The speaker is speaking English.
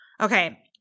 Okay